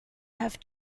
have